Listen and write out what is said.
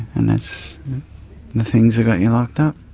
and that's the things that got you locked up.